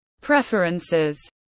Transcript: preferences